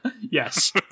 Yes